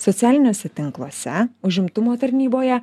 socialiniuose tinkluose užimtumo tarnyboje